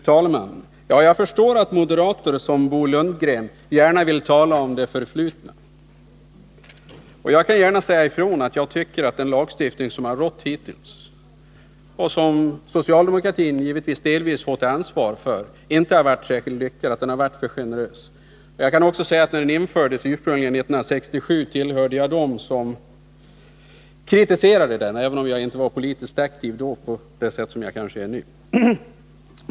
Fru talman! Jag förstår att moderater som Bo Lundgren gärna vill tala om det förflutna. Och jag kan gärna säga ifrån att jag tycker att den lagstiftning som har gällt hittills — och som socialdemokratin givetvis delvis får ta ansvar för — inte har varit särskilt lyckad. Den har varit för generös. När den ursprungligen infördes 1967 tillhörde jag dem som kritiserade den, även om jag då inte var politiskt aktiv på samma sätt som nu.